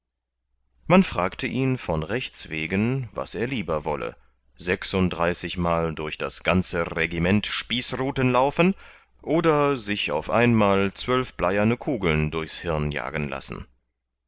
man fragte ihn von rechtswegen was er lieber wolle sechsunddreißigmal durch das ganze regiment spießruthen laufen oder sich auf einmal zwölf bleierne kugeln durchs hirn jagen lassen